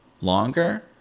longer